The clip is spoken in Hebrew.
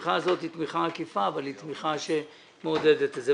והתמיכה הזאת היא תמיכה עקיפה אבל היא תמיכה שמעודדת את זה.